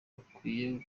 bakwiye